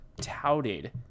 touted